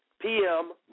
PM